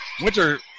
Winter